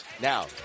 Now